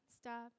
stop